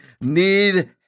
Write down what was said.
need